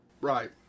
Right